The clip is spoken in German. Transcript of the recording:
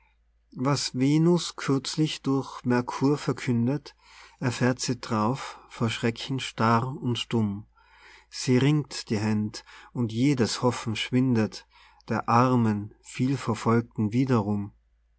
was venus kürzlich durch mercur verkündet erfährt sie drauf vor schrecken starr und stumm sie ringt die händ und jedes hoffen schwindet der armen vielverfolgten wiederum